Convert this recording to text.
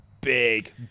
big